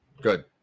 Good